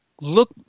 look –